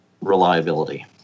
reliability